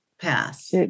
pass